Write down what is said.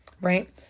right